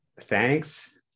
Thanks